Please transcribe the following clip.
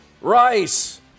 Rice